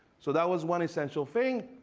so that was one essential thing.